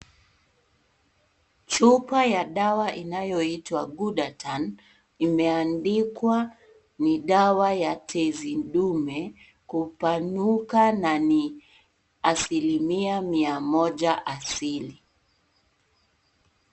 Chupa ya dawa inayoitwa Gudatan Imeandikwa ni dawa ya tezi dume kupanuka na ni asilimia mia moja asili.